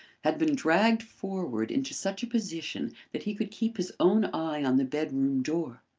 had been dragged forward into such a position that he could keep his own eye on the bedroom door.